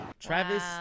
Travis